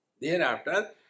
Thereafter